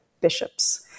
bishops